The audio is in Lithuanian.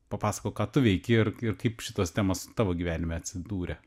papasakok ką tu veiki ir ir kaip šitos temos tavo gyvenime atsidūrė